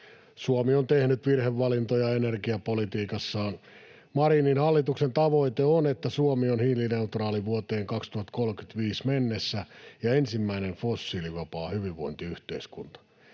Suomi on tehnyt virhevalintoja energiapolitiikassaan. Marinin hallituksen tavoite on, että Suomi on hiilineutraali vuoteen 2035 mennessä ja ensimmäinen fossiilivapaa hyvinvointiyhteiskunta.